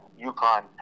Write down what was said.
UConn